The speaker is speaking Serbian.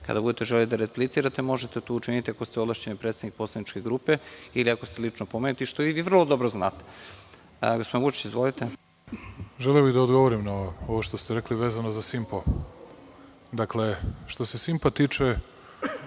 Kada budete želeli da replicirate, možete to učiniti ako ste ovlašćeni predstavnik poslaničke grupe, ili ako ste lično pomenuti, što i vi vrlo dobro znate. Gospodine Vučiću, izvolite. **Aleksandar Vučić** Želeo bih da odgovorim na ovo što ste rekli vezano za „Simpo“. Što se „Simpa“ tiče,